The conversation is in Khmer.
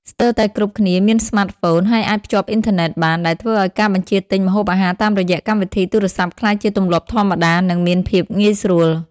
ស្ទើរតែគ្រប់គ្នាមានស្មាតហ្វូន ហើយអាចភ្ជាប់អ៊ីនធឺណិតបាន ដែលធ្វើឱ្យការបញ្ជាទិញម្ហូបអាហារតាមរយៈកម្មវិធីទូរស័ព្ទក្លាយជាទម្លាប់ធម្មតា និងមានភាពងាយស្រួល។